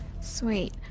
sweet